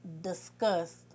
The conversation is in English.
discussed